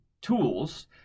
tools